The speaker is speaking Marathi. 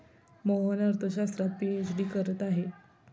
मोहन अर्थशास्त्रात पीएचडी करत आहे